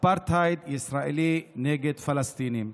האפרטהייד הישראלי נגד הפלסטינים.